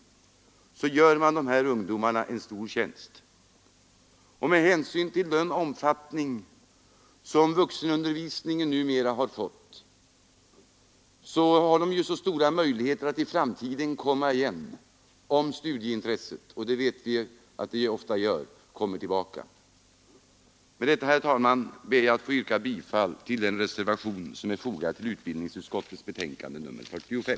Och med hänsyn till den omfattning som vuxenundervisningen numera har fått har de mycket stora möjligheter att i framtiden komma igen om studieintresset kommer tillbaka — och det vet vi att det ofta gör. Herr talman! Med det anförda ber jag att få yrka bifall till den reservation som är fogad vid utbildningsutskottets betänkande nr 45.